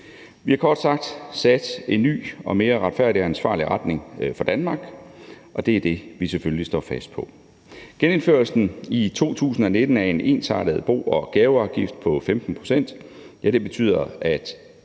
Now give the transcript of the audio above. Vi har kort sagt sat en ny og mere retfærdig og ansvarlig retning for Danmark, og det er det, vi selvfølgelig står fast på. Genindførelsen i 2019 af en ensartet bo- og gaveafgift på 15 pct. betyder, at